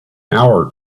hour